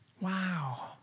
Wow